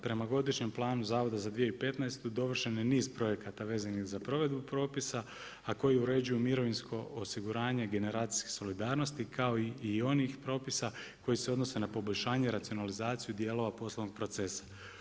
Prema godišnjem planu zavoda za 2015. dovršen je niz projekata vezanih za provedbu propisa a koji uređuju mirovinsko osiguranje generacijske solidarnosti kao i onih propisa koji se odnose na poboljšanje i racionalizaciju dijelova poslovnog procesa.